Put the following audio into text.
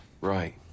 Right